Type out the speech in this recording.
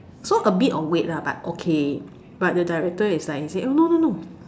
so a bit of weight lah but okay but the director is like he say oh no no no